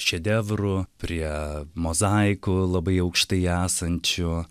šedevrų prie mozaikų labai aukštai esančių